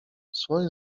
słoń